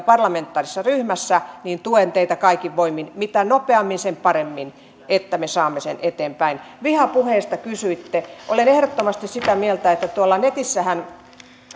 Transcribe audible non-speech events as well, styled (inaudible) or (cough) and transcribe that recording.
(unintelligible) parlamentaarisessa ryhmässä tuen kaikin voimin mitä nopeammin sen parempi että me saamme sen eteenpäin vihapuheesta kysyitte olen ehdottomasti sitä mieltä että tuolla netissähän